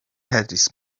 تدریس